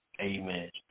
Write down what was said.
amen